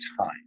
time